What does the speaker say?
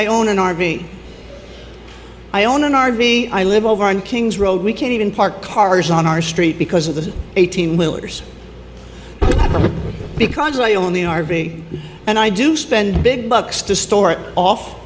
i own an r v i own an r v i live over in kings road we can't even park cars on our street because of the eighteen wheelers because i own the r v and i do spend big bucks to store it off